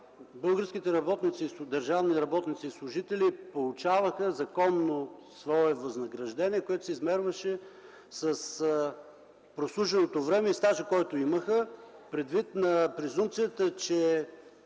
българските държавни работници и служители получаваха законно свое възнаграждение, което се измерваше с прослуженото време и стажа, който имаха, предвид презумпцията, че